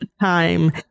time